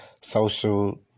social